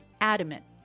adamant